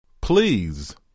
Please